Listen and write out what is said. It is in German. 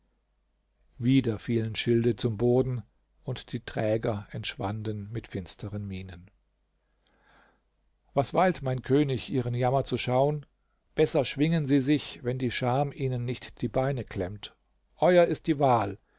wieder fielen schilde zum boden und die träger entschwanden mit finsteren mienen was weilt mein könig ihren jammer zu schauen besser schwingen sie sich wenn die scham ihnen nicht die beine klemmt euer ist die wahl